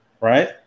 right